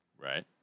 right